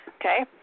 Okay